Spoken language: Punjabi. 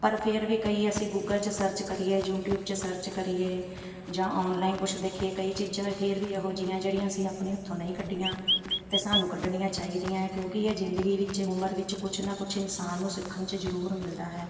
ਪਰ ਫੇਰ ਵੀ ਕਈ ਅਸੀਂ ਗੂਗਲ 'ਚ ਸਰਚ ਕਰੀਏ ਯੂਟਿਊਬ 'ਚ ਸਰਚ ਕਰੀਏ ਜਾਂ ਔਨਲਾਈਨ ਕੁਛ ਦੇਖੀਏ ਕਈ ਚੀਜ਼ਾਂ ਇਹ ਫੇਰ ਵੀ ਉਹੋ ਜਿਹੀਆਂ ਜਿਹੜੀਆਂ ਅਸੀਂ ਆਪਣੇ ਹੱਥੋਂ ਨਹੀਂ ਕੱਢੀਆਂ ਅਤੇ ਸਾਨੂੰ ਕੱਢਣੀਆਂ ਚਾਹੀਦੀਆਂ ਹੈ ਕਿਉਂਕਿ ਇਹ ਜ਼ਿੰਦਗੀ ਵਿੱਚ ਉਮਰ ਵਿੱਚ ਕੁਛ ਨਾ ਕੁਛ ਇਨਸਾਨ ਨੂੰ ਸਿੱਖਣ 'ਚ ਜ਼ਰੂਰ ਮਿਲਦਾ ਹੈ